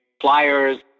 flyers